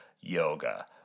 yoga